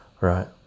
right